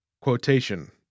Quotation